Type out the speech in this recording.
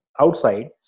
outside